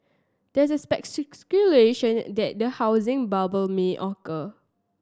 there is speculation that a housing bubble may occur